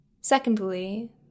Secondly